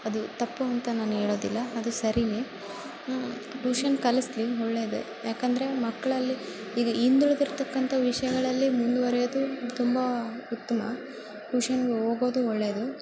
ಅದು ತಪ್ಪು ಅಂತ ನಾನು ಹೇಳೋದಿಲ್ಲ ಅದು ಸರಿಯೆ ಟ್ಯೂಷನ್ ಕಳಿಸ್ಲಿ ಒಳ್ಳೇದೇ ಯಾಕೆಂದ್ರೆ ಮಕ್ಳಲ್ಲಿ ಈಗ ಹಿಂದುಳಿದಿರತಕ್ಕಂಥ ವಿಷಯಗಳಲ್ಲಿ ಮುಂದುವರಿಯೋದು ತುಂಬಾ ಉತ್ತಮ ಟ್ಯೂಷನ್ಗೆ ಹೋಗೋದು ಒಳ್ಳೇದು